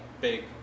big